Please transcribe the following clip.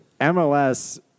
MLS